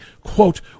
quote